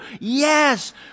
yes